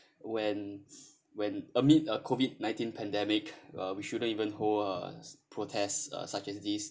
when when amid COVID nineteen pandemic uh we shouldn't even hold uh protest such as this